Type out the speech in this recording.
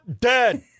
dead